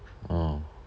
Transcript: mm